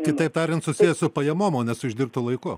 kitaip tariant susiję su pajamom o ne su išdirbtu laiku